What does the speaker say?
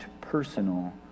personal